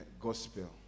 gospel